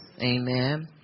Amen